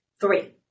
Three